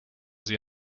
sie